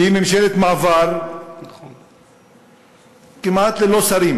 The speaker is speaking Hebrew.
שהיא ממשלת מעבר כמעט ללא שרים,